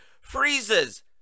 freezes